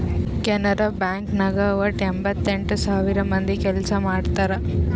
Canara bank ನಾಗ್ ವಟ್ಟ ಎಂಭತ್ತೆಂಟ್ ಸಾವಿರ ಮಂದಿ ಕೆಲ್ಸಾ ಮಾಡ್ತಾರ್